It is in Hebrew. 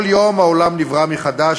כל יום העולם נברא מחדש.